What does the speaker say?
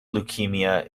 leukaemia